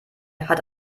hat